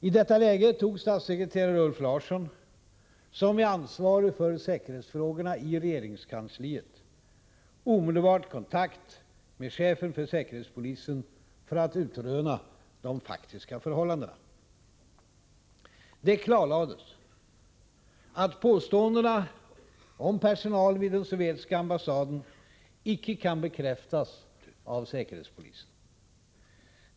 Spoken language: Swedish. I detta läge tog statssekreterare Ulf Larsson, som är ansvarig för säkerhetsfrågorna i regeringskansliet, omedelbart kontakt med chefen för säkerhetspolisen för att utröna de faktiska förhållandena. Det klarlades att påståendena om personalen vid den sovjetiska ambassaden icke kan bekräftas av säkerhetspolisen.